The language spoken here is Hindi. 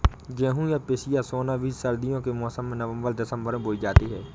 क्या गेहूँ या पिसिया सोना बीज सर्दियों के मौसम में नवम्बर दिसम्बर में बोई जाती है?